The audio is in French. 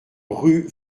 rue